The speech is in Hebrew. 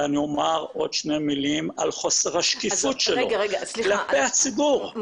אני אומר עוד שתי מלים על חוסר השקיפות שלו כלפי הציבור,